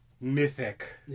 mythic